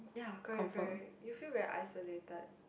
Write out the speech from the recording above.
ya correct correct you feel very isolated